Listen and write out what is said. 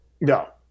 No